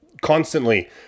constantly